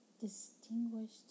distinguished